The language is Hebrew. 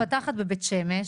הרי בכל שכונה שמתפתחת בבית שמש,